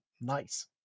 nice